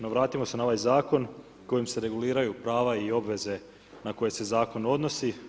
No, vratimo se na ovaj zakon kojim se reguliraju prava i obveze na koje se zakon odnosi.